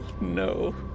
No